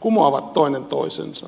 kumoavat toinen toisensa